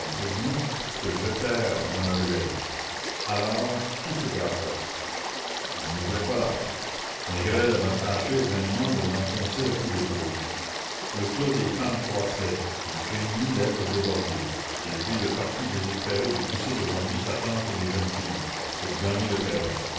se jetèrent dans la ruelle alors tout se gâta on n'ouvrait pas la porte négrel avait tâché vainement de l'enfoncer à coups d'épaule le flot des femmes croissait il craignit d'être débordé il prit le parti désespéré de pousser devant lui sa tante et les jeunes filles pour gagner le perron